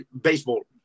baseball